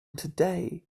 today